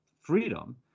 freedom